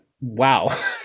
wow